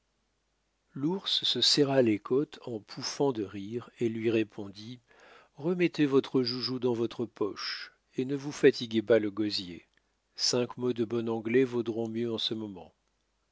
l'ours se serra les côtes en pouffant de rire et lui répondit remettez votre joujou dans votre poche et ne vous fatiguez pas le gosier cinq mots de bon anglais vaudront mieux en ce moment